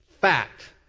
fact